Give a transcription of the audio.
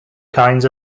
kinds